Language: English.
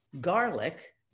garlic